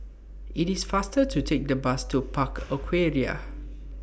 IT IS faster to Take The Bus to Park Aquaria